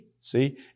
See